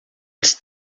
els